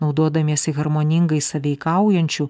naudodamiesi harmoningai sąveikaujančių